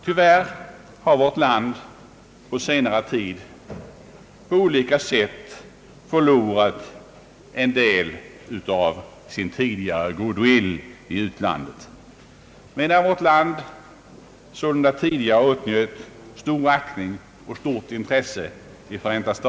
Tyvärr har vårt land under senare tid på olika sätt förlorat en del av sin tidigare goodwill i utlandet. Medan vårt land sålunda tidigare åtnjöt stor aktning och stort intresse i Förenta Ang.